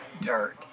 Dirt